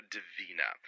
Divina